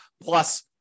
plus